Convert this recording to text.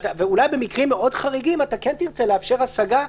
ואולי במקרים מאוד חריגים אתה כן תרצה לאפשר השגה,